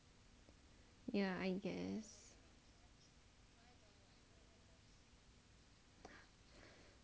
ya I guess